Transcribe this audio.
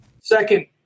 Second